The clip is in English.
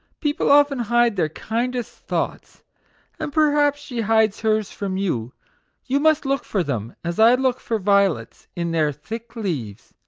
people often hide their kindest thoughts and perhaps she hides hers from you you must look for them, as i look for violets, in their thick leaves.